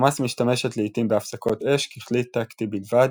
חמאס משתמש לעיתים בהפסקות אש, ככלי טקטי בלבד